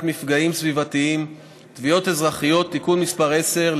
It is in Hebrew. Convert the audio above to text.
מפגעים סביבתיים (תביעות אזרחיות) (תיקון מס' 10),